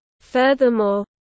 Furthermore